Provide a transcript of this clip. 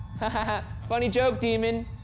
ha, ha, ha, funny joke, demon!